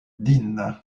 din